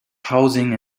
housing